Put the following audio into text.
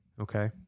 okay